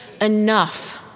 enough